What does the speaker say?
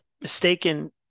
mistaken